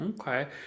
Okay